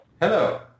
Hello